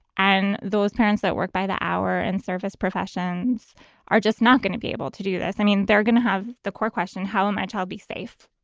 and those parents that work by the hour and service professions are just not going to be able to do that. i mean, they're going to have the core question, how am i, child, be safe?